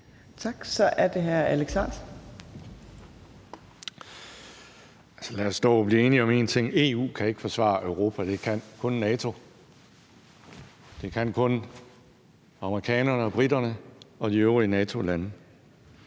Kl. 15:32 Alex Ahrendtsen (DF): Lad os dog blive enige om en ting: EU kan ikke forsvare Europa. Det kan kun NATO. Det kan kun amerikanerne og briterne og de øvrige NATO-lande.